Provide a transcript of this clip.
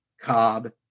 Cobb